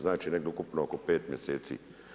Znači negdje ukupno oko pet mjeseci.